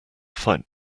fight